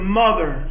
mother